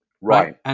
Right